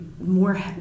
more